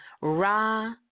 Ra